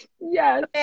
yes